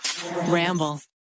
Ramble